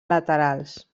laterals